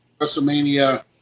WrestleMania